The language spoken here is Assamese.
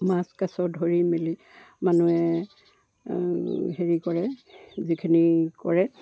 মাছ কাছ ধৰি মেলি মানুহে হেৰি কৰে যিখিনি কৰে